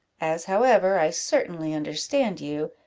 as, however, i certainly understand you,